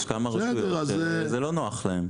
יש כמה רשויות שזה לא נוח להן.